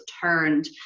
turned